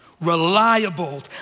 reliable